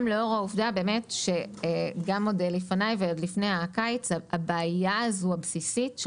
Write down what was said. גם לאור העובדה שגם עוד לפניי ועוד לפני הקיץ הבעיה הזאת הבסיסית של